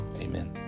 Amen